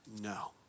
No